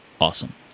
awesome